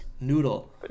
Noodle